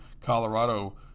Colorado